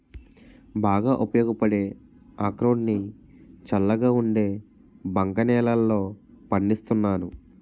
బాగా ఉపయోగపడే అక్రోడ్ ని చల్లగా ఉండే బంక నేలల్లో పండిస్తున్నాను